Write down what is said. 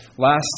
Last